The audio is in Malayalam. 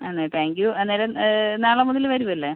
ആ എന്നാൽ താങ്ക് യു അന്നേരം നാളെ മുതൽ വരും അല്ലേ